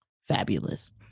fabulous